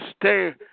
stay